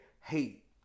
hate